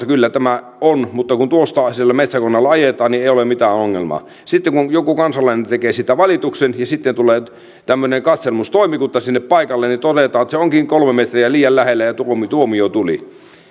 kyllä tämä on mutta kun tuosta sillä metsäkoneella ajetaan niin ei ole mitään ongelmaa sitten kun joku kansalainen tekee siitä valituksen ja sitten tulee katselmustoimikunta sinne paikalle niin todetaan että se onkin kolme metriä liian lähellä ja tuomio tuomio tuli